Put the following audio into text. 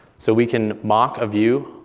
so we can mock a view,